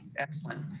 excellent.